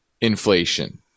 inflation